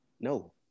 No